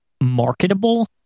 marketable